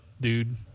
dude